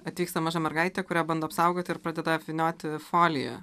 atvyksta maža mergaitė kurią bando apsaugoti ir pradeda apvynioti folija